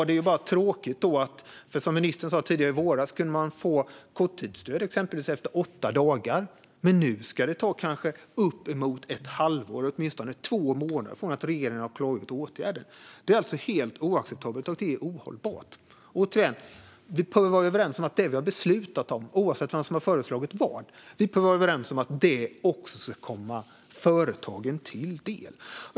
Det är ju bara tråkigt att det nu ska ta kanske uppemot ett halvår, eller åtminstone två månader, från det att regeringen har klargjort åtgärden innan man får stödet, trots att man i våras - som ministern sa - kunde få korttidsstöd efter åtta dagar. Det är helt oacceptabelt, och det är ohållbart. Återigen, vi behöver vara överens om att det vi har beslutat om, oavsett vem som har föreslagit vad, ska komma företagen till del.